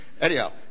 Anyhow